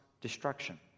destruction